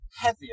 heavier